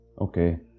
Okay